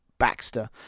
Baxter